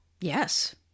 yes